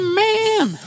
man